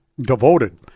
devoted